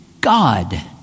God